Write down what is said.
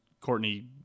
Courtney